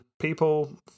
people